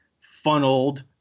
funneled